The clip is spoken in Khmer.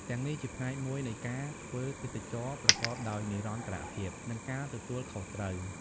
ទាំងនេះជាផ្នែកមួយនៃការធ្វើទេសចរណ៍ប្រកបដោយនិរន្តរភាព និងការទទួលខុសត្រូវ ។